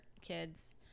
kids